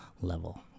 level